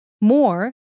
more